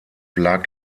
lag